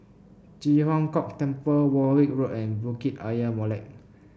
Ji Huang Kok Temple Warwick Road and Bukit Ayer Molek